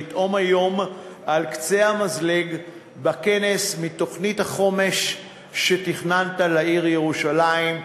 לטעום על קצה המזלג מתוכנית החומש שתכננת לעיר ירושלים,